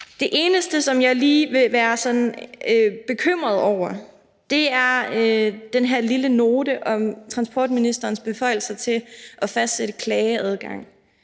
Det eneste, som jeg lige vil være sådan bekymret over, er den her lille note om transportministerens beføjelser til at fastsætte klageadgang,